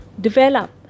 develop